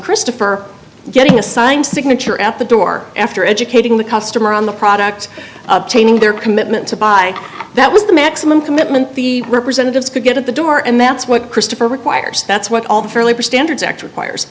christopher getting assigned signature at the door after educating the customer on the product obtaining their commitment to buy that was the maximum commitment the representatives could get at the door and that's what christopher requires that's what all the fair labor standards act requires